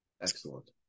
Excellent